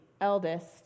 eldest